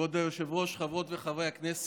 (תיקון, ביטול סעיפי הפינוי ושינוי שם החוק),